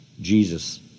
Jesus